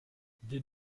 des